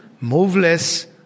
moveless